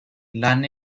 lan